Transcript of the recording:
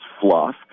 fluff